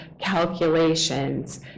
calculations